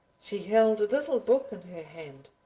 she held a little book in her hand,